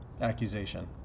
accusation